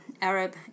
Arab